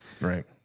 right